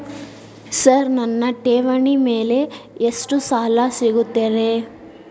Sir ನನ್ನ ಠೇವಣಿ ಮೇಲೆ ಎಷ್ಟು ಸಾಲ ಸಿಗುತ್ತೆ ರೇ?